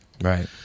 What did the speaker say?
Right